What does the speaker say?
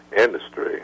industry